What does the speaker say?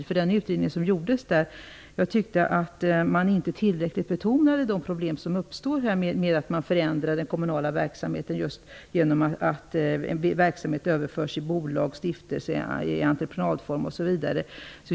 Jag tycker att man i den utredning som gjordes inte tillräckligt betonade de problem som uppstår när den kommunala verksamheten förändras i och med att en del verksamheter överförs i bolag, stiftelser, entreprenad osv.